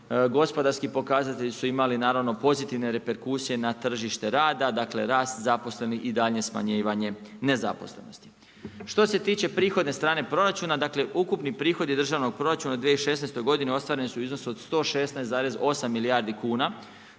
Gospodarski pokazatelji su imali, naravno pozitivne reperkusije na tržište rada, rast zaposlenih i daljnje smanjivanje nezaposlenosti. Što se tiče prihodne strane proračuna, dakle, ukupni prihodi državnog proračuna u 2016. godini ostvareni su u iznosu od 116,8 milijardi kuna,